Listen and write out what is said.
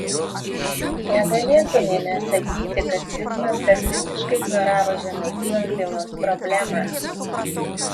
negalėtumėme sakyti kad zigmantas visiškai ignoravo žemaitijos bylos problemą